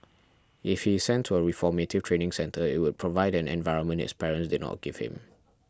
if he is sent to a reformative training centre it would provide an environment his parents did not give him